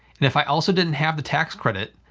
and if i also didn't have the tax credit,